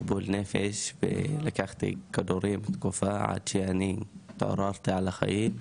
טיפול נפש ולקחתי כדורים תקופה עד שאני "התעוררתי על החיים"